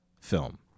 film